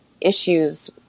issues